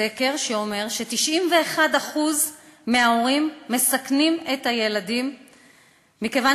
סקר שאומר ש-91% מההורים מסכנים את הילדים מכיוון